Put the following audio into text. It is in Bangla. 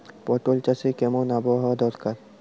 পটল চাষে কেমন আবহাওয়া দরকার?